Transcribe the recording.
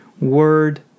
word